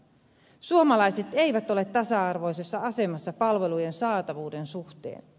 suomalaiset eivät ole tasa arvoisessa asemassa palvelujen saatavuuden suhteen